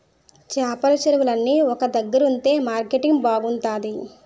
చేపల చెరువులన్నీ ఒక దగ్గరుంతె మార్కెటింగ్ బాగుంతాది